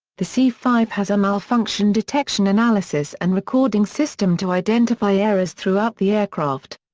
the c five has a malfunction detection analysis and recording system to identify errors throughout the aircraft.